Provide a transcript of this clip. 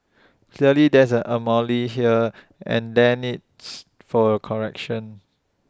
clearly there is A anomaly here and there needs for A correction